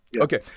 Okay